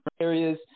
areas